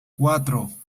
cuatro